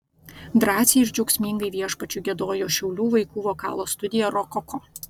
drąsiai ir džiaugsmingai viešpačiui giedojo šiaulių vaikų vokalo studija rokoko